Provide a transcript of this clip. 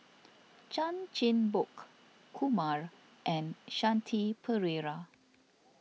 Chan Chin Bock Kumar and Shanti Pereira